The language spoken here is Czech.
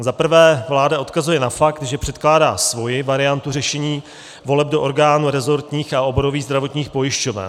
Za prvé, vláda odkazuje na fakt, že předkládá svoji variantu řešení voleb do orgánů rezortních a oborových zdravotních pojišťoven.